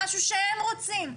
משהו שהם רוצים,